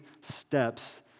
steps